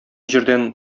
җирдән